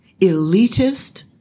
elitist